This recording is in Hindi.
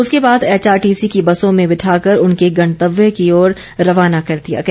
उसके बाद एचआरटीसी की बसों में बिठाकर उनके गणतव्य की ओर रवाना कर दिया गया